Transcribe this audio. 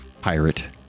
Pirate